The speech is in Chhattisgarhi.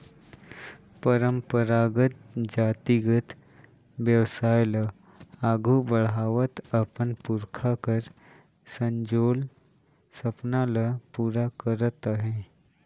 परंपरागत जातिगत बेवसाय ल आघु बढ़ावत अपन पुरखा कर संजोल सपना ल पूरा करत अहे